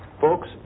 Folks